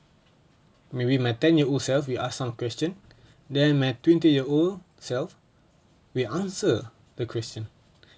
maybe my ten year old self will ask some question then met twenty-year-old self we answer the question